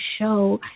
show